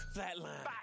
Flatline